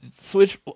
Switch